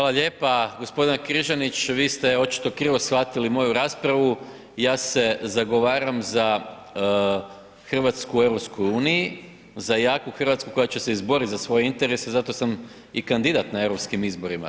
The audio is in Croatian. Hvala lijepo, gospodine Križanić, vi ste očito krivo shvatili moju raspravu i ja se zagovaram za Hrvatsku u EU, za jaku Hrvatsku, koja će se izboriti za svoje interese, zato sam i kandidat na europskim izborima.